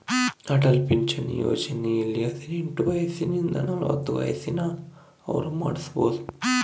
ಅಟಲ್ ಪಿಂಚಣಿ ಯೋಜನೆಯಲ್ಲಿ ಹದಿನೆಂಟು ವಯಸಿಂದ ನಲವತ್ತ ವಯಸ್ಸಿನ ಅವ್ರು ಮಾಡ್ಸಬೊದು